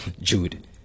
Jude